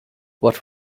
what